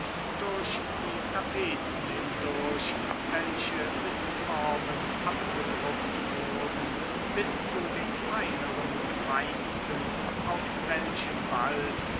durch die tapeten hindurch welche mit formen abgedruckt wurden bis zu den feineren und feinsten auf welchen bald